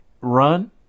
run